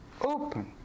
open